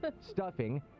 stuffing